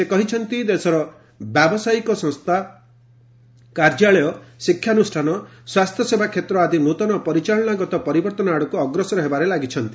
ସେ କହିଛନ୍ତି ଦେଶର ବ୍ୟାବସାୟିକ ସଂସ୍ଥା କାର୍ଯ୍ୟାଳୟ ଶିକ୍ଷାନୁଷ୍ଠାନ ସ୍ୱାସ୍ଥ୍ୟସେବା କ୍ଷେତ୍ର ଆଦି ନୃତନ ପରିଚାଳନାଗତ ପରିବର୍ତ୍ତନ ଆଡ଼କୁ ଅଗ୍ରସର ହେବାରେ ଲାଗିଛନ୍ତି